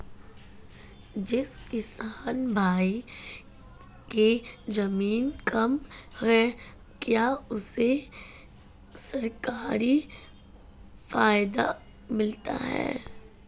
जिस किसान भाई के ज़मीन कम है क्या उसे सरकारी फायदा मिलता है?